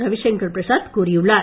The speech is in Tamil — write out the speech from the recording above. ரவிசங்கர் பிரசாத் கூறியுள்ளார்